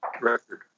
record